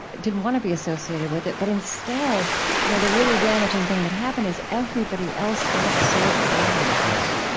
didn't want to be associated with it, but instead you know the really damaging thing that happened is everybody else got so quiet yes,